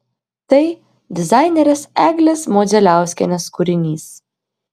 tai dizainerės eglės modzeliauskienės kūrinys